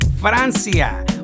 Francia